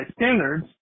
standards